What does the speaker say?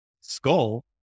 skull